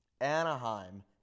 Anaheim